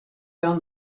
down